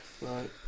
right